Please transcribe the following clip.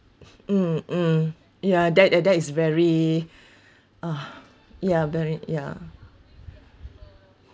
um mm ya that that that is very ah ya very ya